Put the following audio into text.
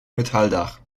metalldach